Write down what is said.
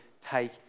take